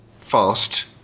fast